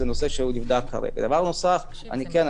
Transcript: זה דבר שנבחן כעת.